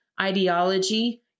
ideology